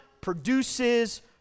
produces